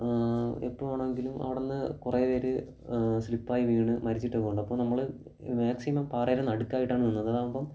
എപ്പോൾ വേണമെങ്കിലും അവിടെ നിന്ന് കുറേ പേർ സ്ലിപ്പായി വീണ് മരിച്ചിട്ടൊക്കെയുണ്ട് അപ്പോൾ നമ്മൾ മാക്സിമം പാറയുടെ നടുക്കായിട്ടാണ് നിന്നത് അതാകുമ്പം